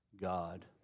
God